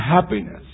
happiness